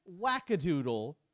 wackadoodle